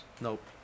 nope